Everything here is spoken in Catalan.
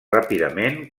ràpidament